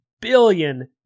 billion